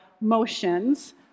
motions